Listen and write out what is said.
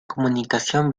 comunicación